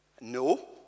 No